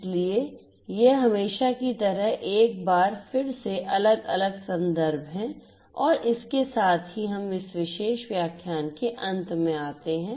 इसलिए ये हमेशा की तरह एक बार फिर से अलग अलग संदर्भ हैं और इसके साथ ही हम इस विशेष व्याख्यान के अंत में भी आते हैं